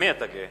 במי אתה גאה?